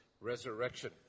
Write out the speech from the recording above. resurrection